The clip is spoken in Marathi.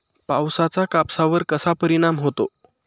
पावसाचा कापसावर कसा परिणाम होतो?